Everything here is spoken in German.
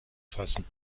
fassen